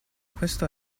questo